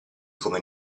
come